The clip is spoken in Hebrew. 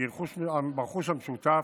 ברכוש המשותף,